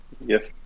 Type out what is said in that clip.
Yes